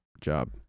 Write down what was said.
job